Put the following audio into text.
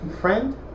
Friend